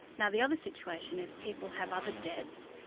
now the other situation is people have other debts,